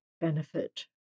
benefit